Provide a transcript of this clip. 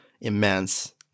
immense